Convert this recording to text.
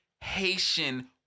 Haitian